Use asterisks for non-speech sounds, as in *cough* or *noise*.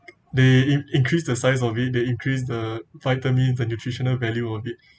they in increase the size of it they increase the vitamin the nutritional value of it *breath*